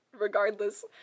regardless